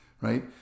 right